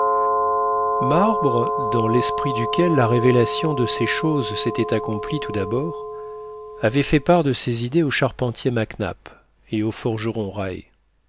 marbre dans l'esprit duquel la révélation de ces choses s'était accomplie tout d'abord avait fait part de ses idées au charpentier mac nap et au forgeron